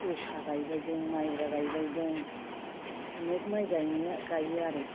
जोसा गायबाय जों माइब्रा गायबाय जों अनेक माइ गायो आरो